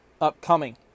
upcoming